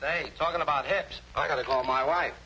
they talking about it i got it all my wife